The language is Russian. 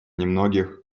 немногих